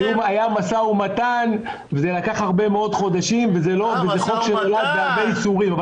היה משא ומתן וזה לקח הרבה מאוד חודשים וזה חוק שנולד בהרבה ייסורים,